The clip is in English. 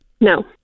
No